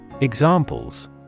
Examples